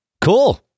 Cool